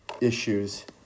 issues